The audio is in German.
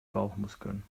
bauchmuskeln